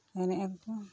ᱮᱱᱮᱡ ᱟᱠᱚ